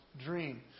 dream